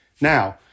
Now